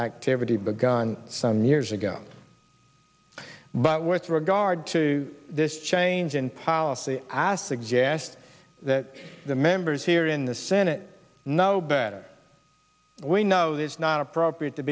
activity begun some years ago but with regard to this change in policy as suggest that the members here in the senate know better we know that it's not appropriate to